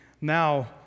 now